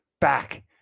back